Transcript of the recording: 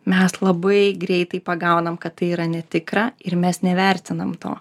mes labai greitai pagaunam kad tai yra netikra ir mes nevertinam to